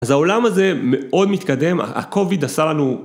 אז העולם הזה מאוד מתקדם, הקוביד עשה לנו.